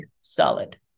solid